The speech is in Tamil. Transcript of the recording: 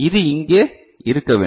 இது இங்கே இருக்க வேண்டும்